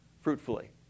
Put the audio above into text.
fruitfully